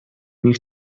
nich